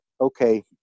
okay